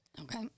Okay